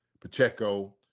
Pacheco